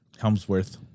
Helmsworth